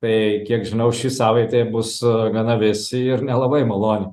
tai kiek žinau ši savaitė bus gana vėsi ir nelabai maloni